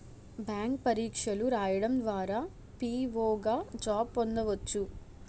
bank పరీక్షలు రాయడం ద్వారా పిఓ గా జాబ్ పొందవచ్చు